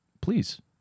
Please